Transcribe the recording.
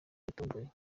yatomboye